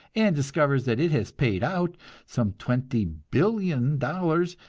and discovers that it has paid out some twenty billion dollars,